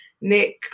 Nick